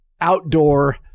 outdoor